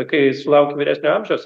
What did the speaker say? kai sulauki vyresnio amžiaus